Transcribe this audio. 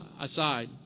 aside